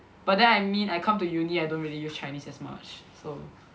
but then I mean I come to uni I don't really use Chinese as much so